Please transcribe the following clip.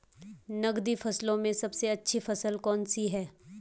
नकदी फसलों में सबसे अच्छी फसल कौन सी है?